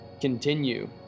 continue